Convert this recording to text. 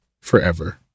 forever